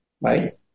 right